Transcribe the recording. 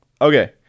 Okay